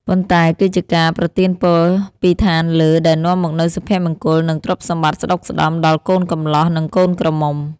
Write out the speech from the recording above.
ប៉ុន្តែគឺជាការប្រទានពរពីឋានលើដែលនាំមកនូវសុភមង្គល និងទ្រព្យសម្បត្តិស្តុកស្តម្ភដល់កូនកំលោះ និងកូនក្រមុំ។